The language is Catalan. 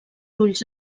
ulls